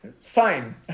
fine